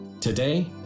Today